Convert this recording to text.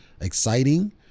exciting